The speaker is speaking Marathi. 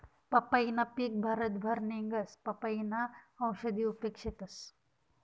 पंपईनं पिक भारतभर निंघस, पपयीना औषधी उपेग शेतस